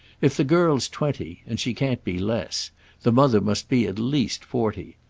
if the girl's twenty and she can't be less the mother must be at least forty.